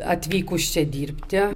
atvykus čia dirbti